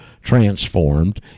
transformed